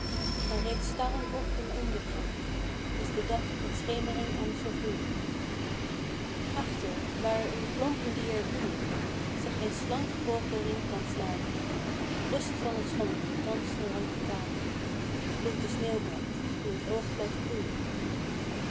en reeds starren op en ondergaan is de dag in schemering aan t vervloeien achter waar in plompen die er bloeien zich geen slankgebogen riem kan slaan rust van t schommelen thans de ranke kaan gloeit de sneeuwbrand die het oog blijft boeien